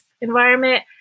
environment